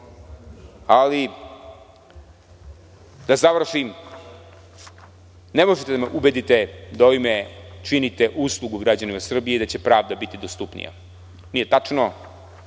savest. Da završim, ne možete da me ubedite da ovim činite uslugu građanima Srbije i da će pravda biti dostupnija. Nije tačno,